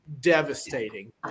devastating